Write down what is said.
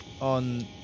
on